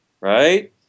Right